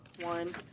one